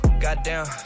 Goddamn